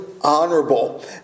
honorable